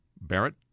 Barrett